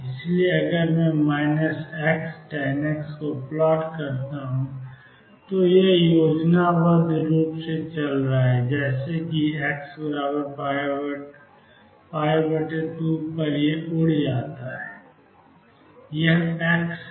इसलिए अगर मैं Xtan X को प्लॉट करता हूं तो यह योजनाबद्ध रूप से चल रहा था जैसे कि यह X2 पर उड़ रहा है यह X है